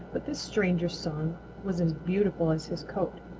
but this stranger's song was as beautiful as his coat,